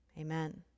Amen